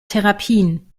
therapien